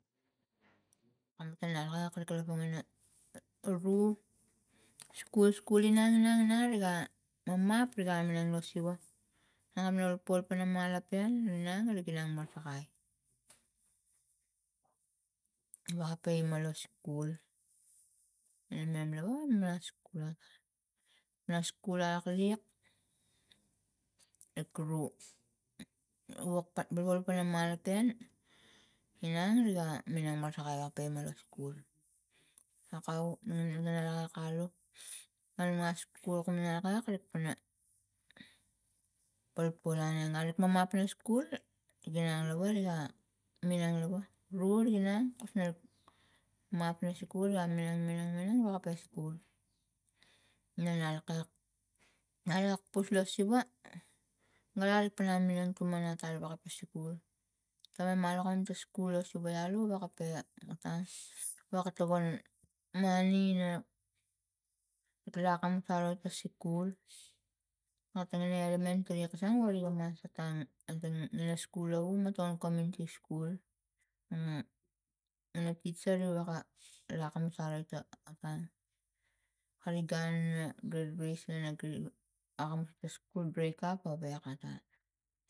Kam matang agak kalkalapang ina ru skul skul inang inang inang riga ma pap riga minang lo siva nangam mi me paul pana ma lopen inang ra iginang marasakai. Waka pe ima lo skul na mem lava ma skul at ma skul lak laik ru wokpa wolpana malopen inang riga minang marasakai ape nang lo skul akau na minang akalu pana polpol aneng arik mam nap na skul ginang lava niga minang lava rul ina kusner mapna lak lak alakpus lo siva minang tuman etang wekapisi skul taman malopen ta skul tana siva alo wakape a matan waka tokon mani na lakamus tara la skul ngatin na elementri ekasang wari ga mas etang atang ina skul lovo motong komuniti skul vana tisa rivaka lak akamus arita ta atang riga gun ina graduason na gri akamus ta skul praikap o wek ata.